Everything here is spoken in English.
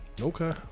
okay